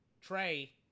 Trey